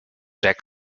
jack